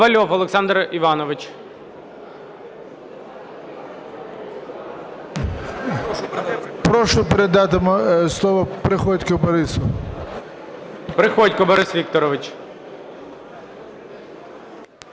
Прошу передати слово Приходьку Борису.